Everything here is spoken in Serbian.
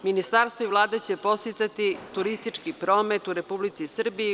Ministarstvo i Vlada će podsticati turistički promet u Republici Srbiji.